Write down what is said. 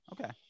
Okay